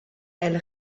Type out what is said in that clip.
elle